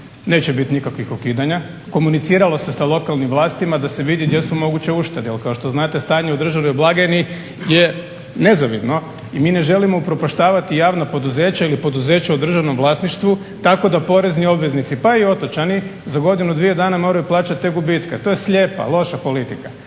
Neće biti nikakvih ukidanja. Komuniciralo se sa lokalnim vlastima da se vidi gdje su moguće uštede, jer kao što znate stanje u državnoj blagajni ne nezavidno i mi ne želimo upropaštavati javno poduzeće ili poduzeće u državnom vlasništvu tako da porezni obveznici, pa i otočani za godinu, dvije dana moraju plaćati te gubitke. To je slijepa, loša politika.